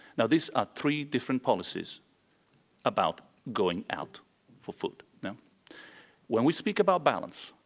now these are three different policies about going out for food. now when we speak about balance,